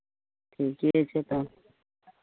ठीके छै तब